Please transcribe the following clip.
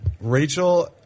Rachel